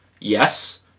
Yes